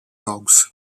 dogs